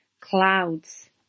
clouds